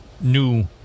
new